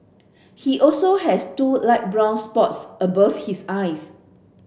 he also has two light brown spots above his eyes